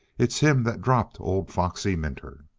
it's him that dropped old foxy minter!